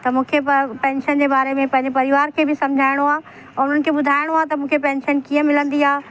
त मूंखे प पेंशन जे बारे में पंहिंजे परिवार खे बि सम्झाइणो आहे औरि उन्हनि खे ॿुधाइणो आहे त मूंखे पेंशन कीअं मिलंदी आहे